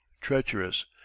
treacherous